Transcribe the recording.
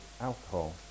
alcohol